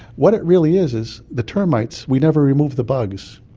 what it really is is the termites. we never removed the bugs.